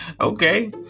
Okay